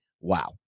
Wow